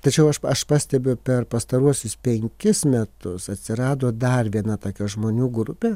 tačiau aš aš pastebiu per pastaruosius penkis metus atsirado dar viena tokia žmonių grupė